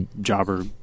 jobber